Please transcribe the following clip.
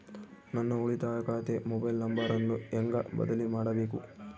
ನನ್ನ ಉಳಿತಾಯ ಖಾತೆ ಮೊಬೈಲ್ ನಂಬರನ್ನು ಹೆಂಗ ಬದಲಿ ಮಾಡಬೇಕು?